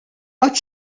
qatt